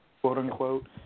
quote-unquote